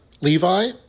Levi